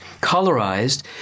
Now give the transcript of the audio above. colorized